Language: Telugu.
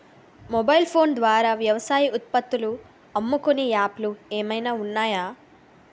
మొబైల్ ఫోన్ ద్వారా వ్యవసాయ ఉత్పత్తులు అమ్ముకునే యాప్ లు ఏమైనా ఉన్నాయా?